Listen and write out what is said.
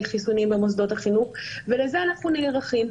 חיסונים במוסדות חינוך - ולזה אנחנו נערכים.